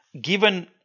Given